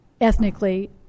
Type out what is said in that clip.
ethnically